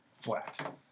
flat